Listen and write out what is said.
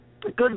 good